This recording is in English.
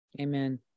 Amen